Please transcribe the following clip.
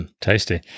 Tasty